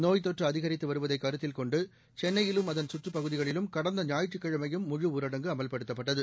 நோய்த் தொற்று அதிகரித்து வருவதை கருத்தில் கொண்டு சென்னையிலும் அதன் கற்றுப் பகுதிகளிலும் கடந்த ஞாயிற்றுக்கிழமையும் முழுஊரடங்கு அமல்படுத்தப்பட்டது